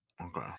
Okay